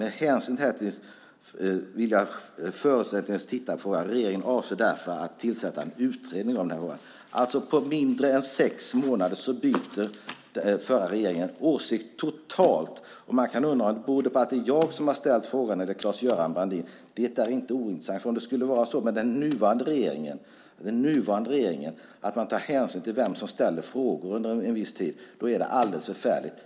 Med hänsyn till det ville han förutsättningslöst titta på detta. Regeringen avsåg därför att tillsätta en utredning i frågan. På mindre än sex månader byter den förra regeringen totalt åsikt. Man kan undra om det beror på vem som har ställt frågan - jag eller Claes-Göran Brandin. Det är inte ointressant. Om det skulle vara så att den nuvarande regeringen tar hänsyn till vem som ställer frågor under en viss tid är det alldeles förfärligt.